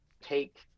take